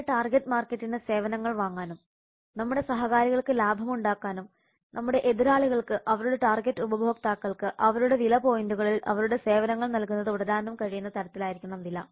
നമ്മുടെ ടാർഗെറ്റ് മാർക്കറ്റിന് സേവനങ്ങൾ വാങ്ങാനും നമ്മുടെ സഹകാരികൾക്ക് ലാഭമുണ്ടാക്കാനും നമ്മുടെ എതിരാളികൾക്ക് അവരുടെ ടാർഗെറ്റ് ഉപഭോക്താക്കൾക്ക് അവരുടെ വില പോയിന്റുകളിൽ അവരുടെ സേവനങ്ങൾ നൽകുന്നത് തുടരാനും കഴിയുന്ന തരത്തിലായിരിക്കണം വില